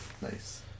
Nice